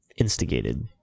instigated